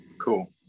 cool